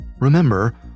Remember